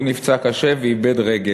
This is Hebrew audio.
הוא נפצע קשה ואיבד רגל.